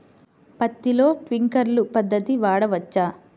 పత్తిలో ట్వింక్లర్ పద్ధతి వాడవచ్చా?